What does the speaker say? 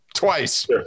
twice